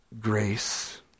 grace